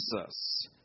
Jesus